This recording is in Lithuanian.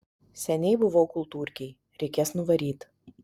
seniai buvau kultūrkėj reikės nuvaryt